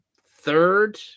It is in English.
third